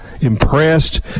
impressed